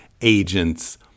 agents